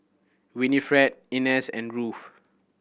Winifred Inez and Ruthe